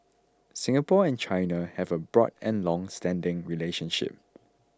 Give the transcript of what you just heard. Singapore and China have a broad and longstanding relationship